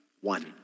One